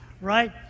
right